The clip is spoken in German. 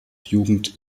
jugend